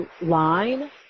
line